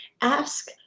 ask